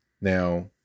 Now